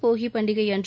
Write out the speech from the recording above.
போகி பண்டிகை அன்று